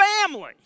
family